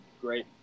great